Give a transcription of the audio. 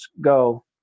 go